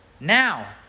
Now